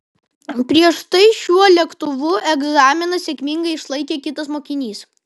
prieš tai šiuo lėktuvu egzaminą sėkmingai išlaikė kitas mokinys